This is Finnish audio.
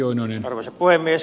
arvoisa puhemies